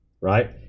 right